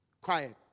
quiet